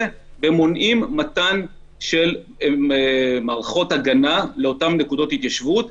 ומונעים מתן מערכות הגנה לאותן נקודות התיישבות.